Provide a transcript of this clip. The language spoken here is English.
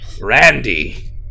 Randy